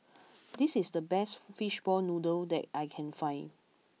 this is the best Fishball Noodle that I can find